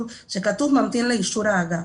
כתוב להמתין לאישור האגף.